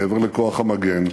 מעבר לכוח המגן,